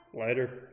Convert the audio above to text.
Later